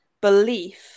belief